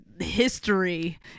history